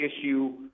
issue